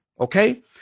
Okay